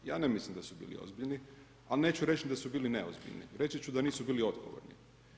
Ja ne mislim da su bili ozbiljni, ali neću reći da su bili neozbiljni, reći ću da nisu bili odgovorni.